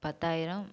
பத்தாயிரம்